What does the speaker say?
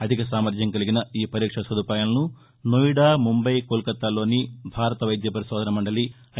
అధిక సామర్యం కలిగిన ఈ పరీక్ష సదుపాయాలను నోయిడా ముంబయి కోల్ కతాల్లోని భారత వైద్య పరిశోధన మండలి ఐ